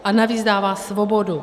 A navíc dává svobodu.